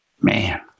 man